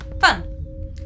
Fun